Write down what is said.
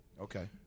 Okay